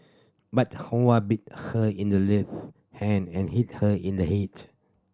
but Huang bit her in the left hand and hit her in the head